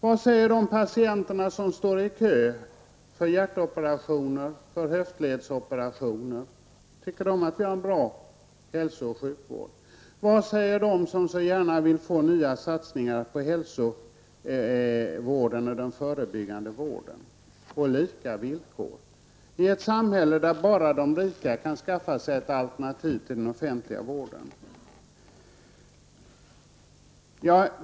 Vad säger de patienter som står i kö för hjärtoperationer, för höftledsoperationer? Tycker de att vi har en bra hälso och sjukvård? Vad säger de som gärna vill få nya satsningar på hälsovården och den förebyggande vården? På lika villkor? I ett samhälle där bara de rika kan skaffa sig ett alternativ till den offentliga sjukvården?